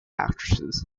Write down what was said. actresses